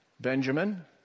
Benjamin